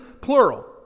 plural